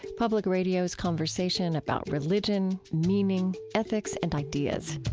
public radio's conversation about religion, meaning, ethics, and ideas.